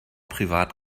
privat